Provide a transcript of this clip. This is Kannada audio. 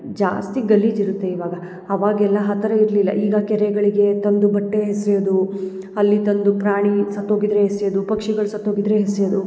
ಜಾಸ್ತಿ ಗಲೀಜು ಇರುತ್ತೆ ಇವಾಗ ಅವಾಗೆಲ್ಲ ಆ ಥರ ಇರಲಿಲ್ಲ ಈಗ ಕೆರೆಗಳಿಗೆ ತಂದು ಬಟ್ಟೆ ಎಸೆಯೋದು ಅಲ್ಲಿ ತಂದು ಪ್ರಾಣಿ ಸತ್ತೋಗಿದ್ದರೆ ಎಸಿಯೋದು ಪಕ್ಷಿಗಳು ಸತ್ತೋಗಿದ್ದರೆ ಎಸಿಯೋದು